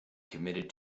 committed